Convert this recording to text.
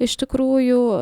iš tikrųjų